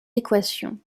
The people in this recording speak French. équations